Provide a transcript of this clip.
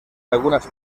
algunas